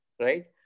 right